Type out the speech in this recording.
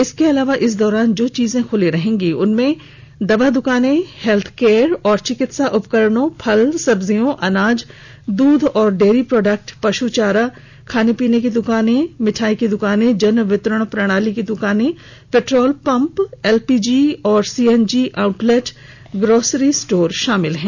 इसके अलावा इस दौरान जो चीजें ख्ली रहेंगी उनमें दवा द्वकानें हेत्थ केयर और चिकित्सा उपकरणों फल सब्जियों अनाज दूध और डेयरी प्रोडक्ट पश् चारा और खाने पीने की दकानें मिठाई की दुकानें जन वितरण प्रणाली की दुकान पेट्रोल पंप एलपीजी और CNG outlet grocery FMCG store शामिल हैं